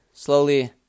slowly